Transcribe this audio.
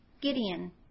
Gideon